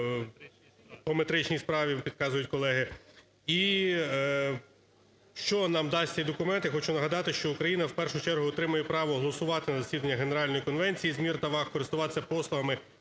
по метричній справі, мені підказують колеги. І що нам дасть цей документ? Я хочу нагадати, що Україна в першу чергу отримає право голосувати на засіданнях Генеральної конференції з мір та ваг, користуватися послугами